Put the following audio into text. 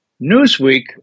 Newsweek